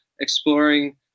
exploring